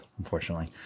Unfortunately